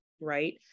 right